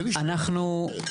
אנחנו,